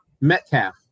Metcalf